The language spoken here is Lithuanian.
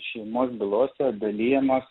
šeimos bylose dalijamos